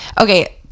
Okay